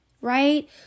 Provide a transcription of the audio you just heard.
Right